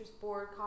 board